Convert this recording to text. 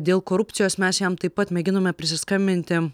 dėl korupcijos mes jam taip pat mėginome prisiskambinti